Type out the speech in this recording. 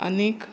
आनीक